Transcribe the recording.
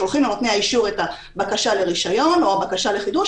שולחים לנותני האישור את הבקשה לרישיון או הבקשה לחידוש.